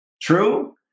True